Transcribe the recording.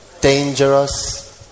dangerous